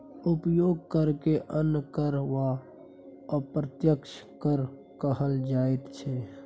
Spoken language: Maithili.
उपभोग करकेँ अन्य कर वा अप्रत्यक्ष कर कहल जाइत छै